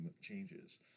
changes